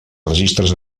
registres